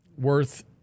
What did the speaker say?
worth